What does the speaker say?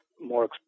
more